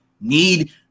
need